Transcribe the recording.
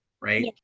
right